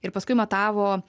ir paskui matavo